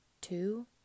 two